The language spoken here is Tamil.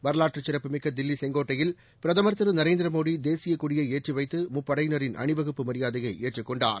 வரலாற்று சிறப்புமிக்க தில்லி செங்கோட்டையில் பிரதம் திரு நரேந்திரமோடி தேசியக் கொடியை ஏற்றி வைத்து முப்படையினரின் அணிவகுப்பு மரியாதையை ஏற்றுக் கொண்டார்